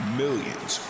millions